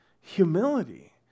humility